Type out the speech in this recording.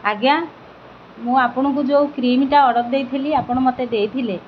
ଆଜ୍ଞା ମୁଁ ଆପଣଙ୍କୁ ଯେଉଁ କ୍ରିମ୍ଟା ଅର୍ଡ଼ର୍ ଦେଇଥିଲି ଆପଣ ମୋତେ ଦେଇଥିଲେ